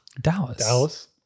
Dallas